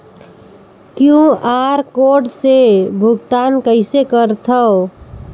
QR code से भुगतान कइसे करथव?